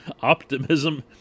optimism